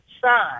son